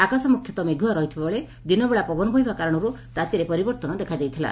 ଆକାଶ ମୁଖ୍ୟତଃ ମେଘୁଆ ରହିଥିବାବେଳେ ଦିନବେଳା ପବନ ବହିବା କାରଣରୁ ତାତିରେ ପରିବର୍ଭନ ଦେଖାଯାଇଥିଲା